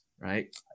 right